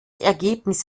ergebnis